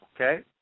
okay